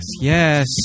Yes